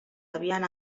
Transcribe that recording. havien